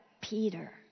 Peter